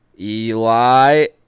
Eli